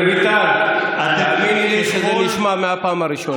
רויטל, תאמיני לי שזה נשמע מהפעם הראשונה.